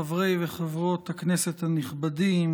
חברי וחברות הכנסת הנכבדים,